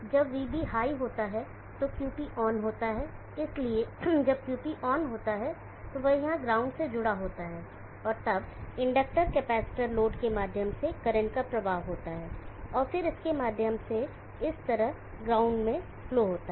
जब Vb high होता है तो QP ऑन होता है इसलिए जब QP ऑन होता है तो वह यहां ग्राउंड से जुड़ा होता है और तब इंडक्टर कैपेसिटर लोड के माध्यम से करंट का प्रवाह होता है और फिर इसके माध्यम से इस तरह ग्राउंड में फ्लोहोता है